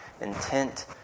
intent